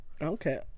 Okay